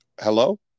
hello